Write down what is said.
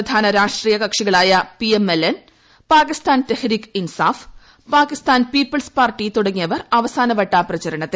പ്രധാന രാഷ്ട്രീയ കക്ഷികളായ PML N Pakistan Tehreek Insaf Pakistan people's party തുടങ്ങിയവർ അവസാനവട്ട പ്രചാരണത്തിൽ